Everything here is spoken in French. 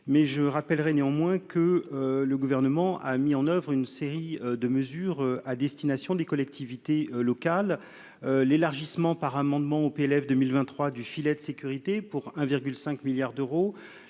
mais je rappellerai néanmoins que le gouvernement a mis en oeuvre une série de mesures à destination des collectivités locales, l'élargissement par amendement au PLF 2023 du filet de sécurité pour 1,5 milliards d'euros